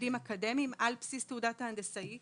מלימודים אקדמיים על בסיס תעודת ההנדסאי,